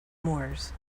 moors